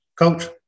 Coach